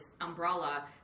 umbrella